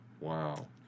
Wow